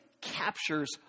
captures